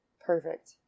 perfect